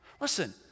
Listen